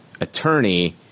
attorney